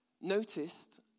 noticed